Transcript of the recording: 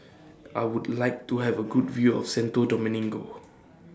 I Would like to Have A Good View of Santo Domingo